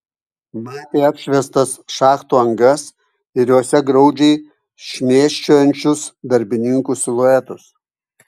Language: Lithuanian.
matė apšviestas šachtų angas ir jose graudžiai šmėsčiojančius darbininkų siluetus